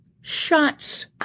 shots